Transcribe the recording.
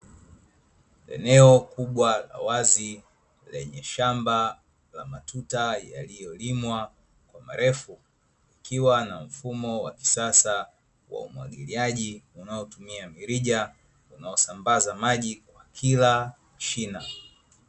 Eneo kubwa la wazi lenye shamba la matuta yaliyolimwa kwa marefu, likiwa na mfumo wa kisasa wa umwagiliaji unaotumia mirija, unaosambaza maji kwa kila shina.